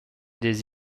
des